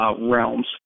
realms